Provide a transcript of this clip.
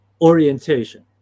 orientation